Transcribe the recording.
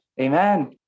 Amen